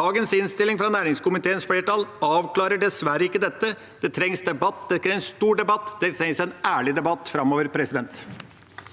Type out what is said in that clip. Dagens innstilling fra næringskomiteens flertall avklarer dessverre ikke dette. Det trengs debatt. Det trengs en stor debatt. Det trengs en ærlig debatt framover. Hans